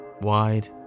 wide